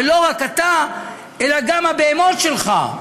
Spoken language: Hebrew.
ולא רק אתה אלא גם הבהמות שלך,